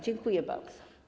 Dziękuję bardzo.